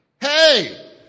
Hey